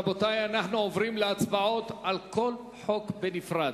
רבותי, אנחנו עוברים להצבעות על כל חוק בנפרד.